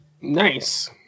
Nice